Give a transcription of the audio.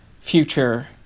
future